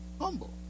Humble